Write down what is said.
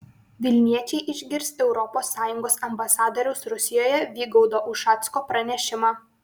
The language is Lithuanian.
vilniečiai išgirs europos sąjungos ambasadoriaus rusijoje vygaudo ušacko pranešimą